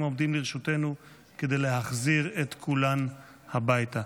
העומדים לרשותנו כדי להחזיר את כולן הביתה.